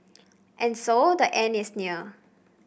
and so the end is near